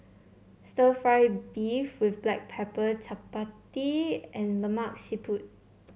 stir fry beef with Black Pepper Chappati and Lemak Siput